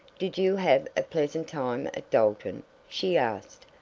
did you have a pleasant time at dalton she asked,